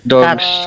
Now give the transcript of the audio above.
Dogs